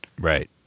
right